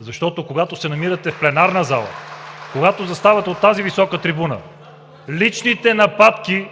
Защото, когато се намирате в пленарната зала, когато заставате от тази висока трибуна, личните нападки